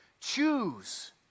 Choose